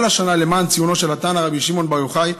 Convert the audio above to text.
השנה למען ציונו של התנא רבי שמעון בר יוחאי.